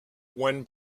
when